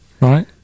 right